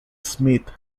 smith